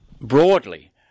broadly